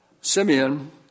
Simeon